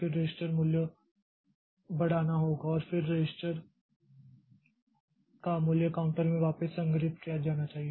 फिर रजिस्टर मूल्य बढ़ाना होगा और फिर रजिस्टर का मूल्य काउंटर में वापस संग्रहित किया जाना चाहिए